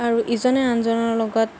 আৰু ইজনে আনজনৰ লগত